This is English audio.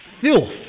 filth